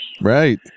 Right